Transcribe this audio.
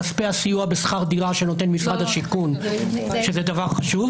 כספי הסיוע בשכר דירה שנותן משרד השיכון שזה דבר חשוב,